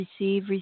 receive